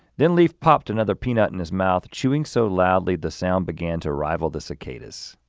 then leaf popped another peanut in his mouth, chewing so loudly the sound began to rival the cicadas.